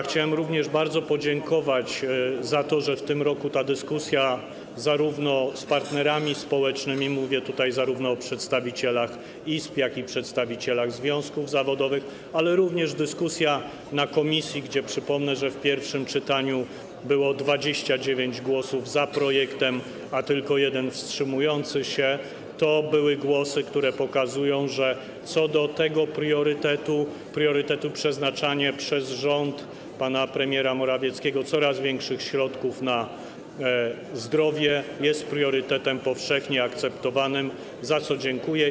Chciałem także bardzo podziękować za to, że w tym roku ta dyskusja z partnerami społecznymi - mówię tu zarówno o przedstawicielach izb, jak i o przedstawicielach związków zawodowych - ale również dyskusja w komisji - gdzie, przypomnę, w pierwszym czytaniu było 29 głosów za projektem, a tylko 1 głos wstrzymujący się - to były głosy, które pokazują, że ten priorytet, czyli przeznaczanie przez rząd pana premiera Morawieckiego coraz większych środków na zdrowie, jest priorytetem powszechnie akceptowanym, za co dziękuję.